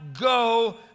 go